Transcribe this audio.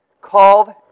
called